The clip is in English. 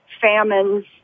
famines